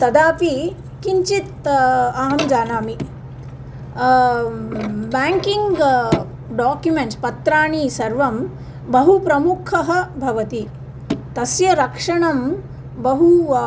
तदापि किञ्चित् अहं जानामि बेङ्किङ् डोकिमेण्ट्स् पत्राणि सर्वं बहु प्रमुखः भवति तस्य रक्षणं बहु